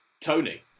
Tony